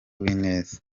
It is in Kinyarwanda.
uwineza